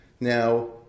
Now